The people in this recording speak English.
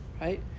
Right